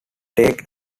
take